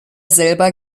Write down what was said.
selber